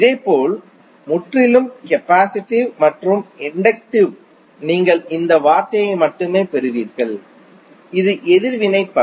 இதேபோல் முற்றிலும் கெபாசிடிவ் மற்றும் இன்டக்டிவ் நீங்கள் இந்த வார்த்தையை மட்டுமே பெறுவீர்கள் இது எதிர்வினை பவர்